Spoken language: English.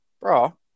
bro